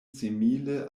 simile